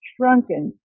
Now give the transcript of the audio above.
shrunken